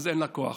אז אין לה כוח.